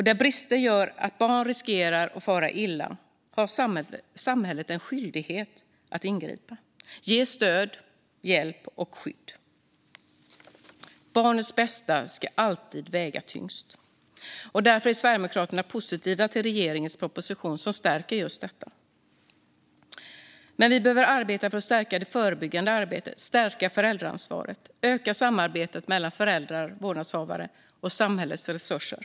Där brister gör att barn riskerar att fara illa har samhället en skyldighet att ingripa och ge stöd, hjälp och skydd. Barnets bästa ska alltid väga tyngst. Därför är Sverigedemokraterna positiva till regeringens proposition, som stärker just detta. Vi behöver arbeta för att stärka det förebyggande arbetet, stärka föräldraansvaret och öka samarbetet mellan föräldrar och vårdnadshavare och samhällets resurser.